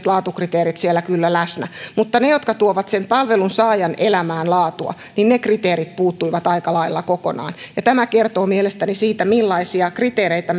laatukriteerit siellä kyllä läsnä mutta ne kriteerit jotka tuovat sen palvelunsaajan elämään laatua puuttuivat aika lailla kokonaan ja tämä kertoo mielestäni siitä millaisia kriteereitä